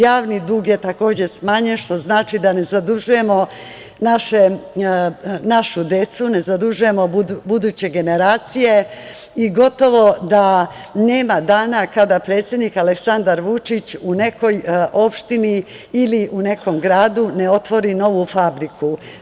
Javni dug je takođe smanjen, što znači da ne zadužujemo našu decu, ne zadužujemo buduće generacije i gotovo da nema dana kada predsednik Aleksandar Vučić u nekoj opštini ili u nekom gradu ne otvori novu fabriku.